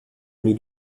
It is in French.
ami